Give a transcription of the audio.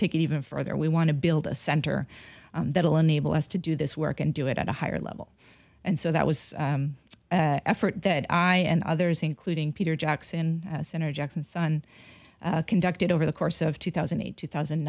take it even further we want to build a center that will enable us to do this work and do it at a higher level and so that was effort that i and others including peter jackson center jackson's son conducted over the course of two thousand and eight two thousand